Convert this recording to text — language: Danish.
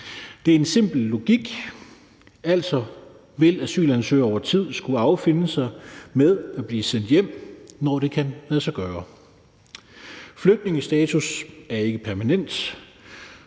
Det er en simpel logik. Altså vil asylansøgere over tid skulle affinde sig med at blive sendt hjem, når det kan lade sig gøre. Flygtningestatus er ikke permanent